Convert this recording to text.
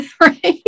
right